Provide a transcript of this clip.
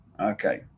Okay